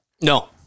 No